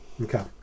Okay